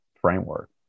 framework